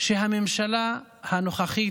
שהממשלה הנוכחית,